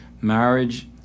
marriage